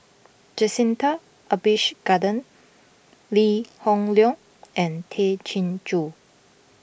Jacintha Abisheganaden Lee Hoon Leong and Tay Chin Joo